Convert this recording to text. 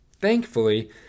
thankfully